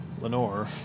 Lenore